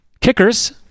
kickers